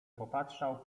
popatrzał